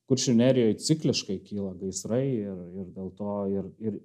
kuršių nerijoje cikliškai kyla gaisrai ir dėl to ir ir